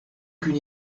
qu’une